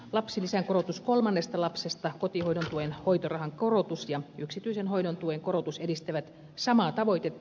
lapsilisän korotus kolmannesta lapsesta kotihoidon tuen hoitorahan korotus ja yksityisen hoidon tuen korotus edistävät samaa tavoitetta